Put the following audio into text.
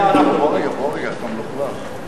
זה אנחנו אדוני היושב-ראש, חברי חברי הכנסת, הצעת